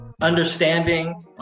understanding